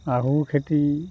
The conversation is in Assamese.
আহু খেতি